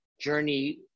journey